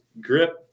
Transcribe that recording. grip